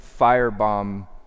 firebomb